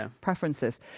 preferences